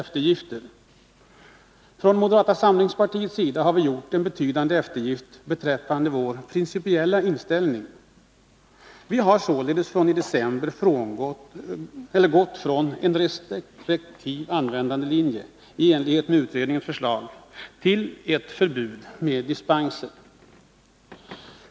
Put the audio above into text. Från moderata samlingspartiets sida har vi gjort en betydande eftergift beträffande vår principiella inställning. Vi har således sedan i december gått från en restriktiv användandelinje i enlighet med utredningens förslag till ett förbud med dispenser.